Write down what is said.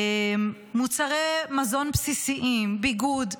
מוצרי מזון בסיסיים, ביגוד,